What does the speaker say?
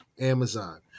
Amazon